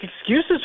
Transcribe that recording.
excuses